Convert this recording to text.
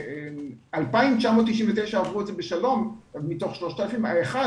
2,999 עברו את זה בשלום מתוך 3,000 ואחד